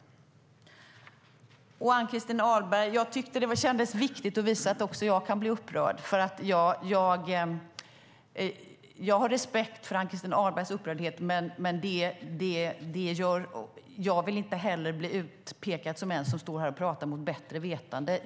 Ann-Christin Ahlberg! Jag tyckte att det kändes viktigt att visa att också jag kan bli upprörd. Jag har respekt för Ann-Christin Ahlbergs upprördhet, men jag vill inte heller bli utpekad som en som står här och pratar mot bättre vetande.